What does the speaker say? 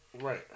Right